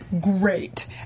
Great